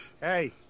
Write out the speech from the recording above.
hey